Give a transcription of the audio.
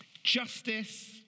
Justice